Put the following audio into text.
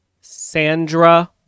Sandra